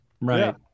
Right